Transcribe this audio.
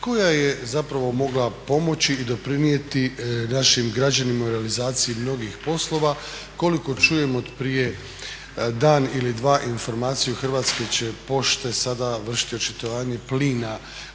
koja je zapravo mogla pomoći i doprinijeti našim građanima u realizaciji mnogih poslova. Koliko čujem od prije dan ili dva informaciju Hrvatske će pošte sada vršiti očitavanje plina